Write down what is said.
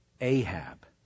Ahab